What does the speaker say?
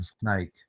snake